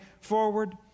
forward